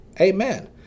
Amen